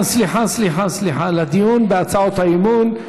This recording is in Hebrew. סליחה, סליחה, סליחה, לדיון בהצעות האי-אמון.